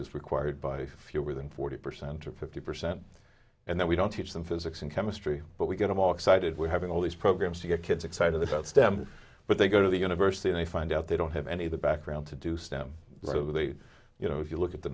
is required by fewer than forty percent or fifty percent and then we don't teach them physics and chemistry but we get all excited we're having all these programs to get kids excited about stem but they go to the university and they find out they don't have any of the background to do stem so they you know if you look at the